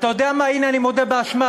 אתה יודע מה, הנה אני מודה באשמה,